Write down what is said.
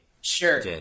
Sure